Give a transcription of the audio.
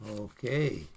Okay